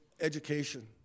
education